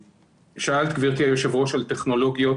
שאלת גברתי היושבת ראש על טכנולוגיות